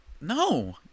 no